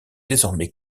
désormais